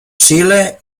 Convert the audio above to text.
chile